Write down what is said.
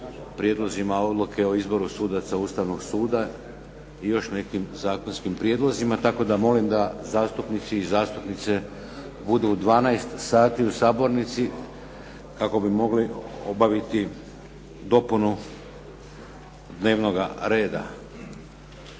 Prijedlozima Odluke o izboru sudaca Ustavnog suda i još nekim zakonskim prijedlozima. Tako da molim da zastupnici i zastupnice budu u 12 sati u sabornici kako bi mogli obaviti dopunu dnevnoga reda.